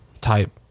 type